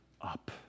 up